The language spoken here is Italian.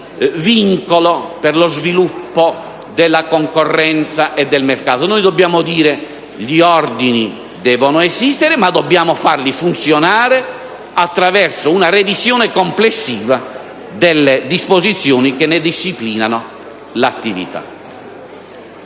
vincolo per lo sviluppo della concorrenza e del mercato. Noi dobbiamo dire che gli ordini devono esistere, ma dobbiamo farli funzionare attraverso una revisione complessiva delle disposizioni che ne disciplinano l'attività.